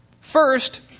First